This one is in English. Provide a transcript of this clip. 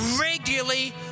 regularly